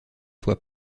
toit